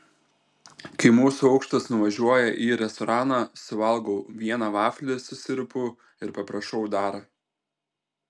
kai mūsų aukštas nuvažiuoja į restoraną suvalgau vieną vaflį su sirupu ir paprašau dar